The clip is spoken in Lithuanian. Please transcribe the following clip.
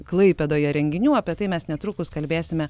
klaipėdoje renginių apie tai mes netrukus kalbėsime